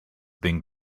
being